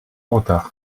retard